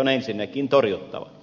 on ensinnäkin torjuttava